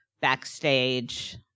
backstage